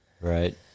right